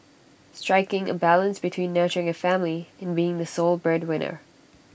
striking A balance between nurturing A family and being the sole breadwinner